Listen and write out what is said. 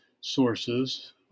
sources